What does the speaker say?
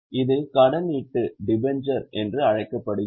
இது கடனீட்டு என அழைக்கப்படுகிறது